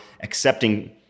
accepting